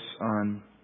On